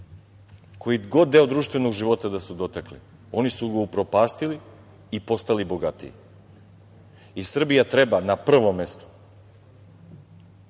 god deo društvenog života da su dotakli, oni su ga upropastili i postali bogatiji. Srbija treba na prvom mestu